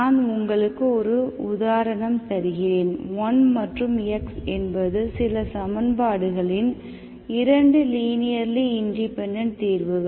நான் உங்களுக்கு ஒரு உதாரணம் தருகிறேன் 1 மற்றும் x என்பது சில சமன்பாடுகளின் இரண்டு லீனியர்லி இண்டிபெண்டெண்ட் தீர்வுகள்